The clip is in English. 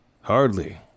Hardly